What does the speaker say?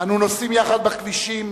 אנו נוסעים יחד בכבישים,